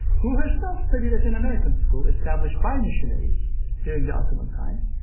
who herself studied at an american school established by missionaries during the ottoman times,